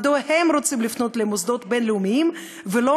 ומדוע הם רוצים לפנות למוסדות בין-לאומיים ולא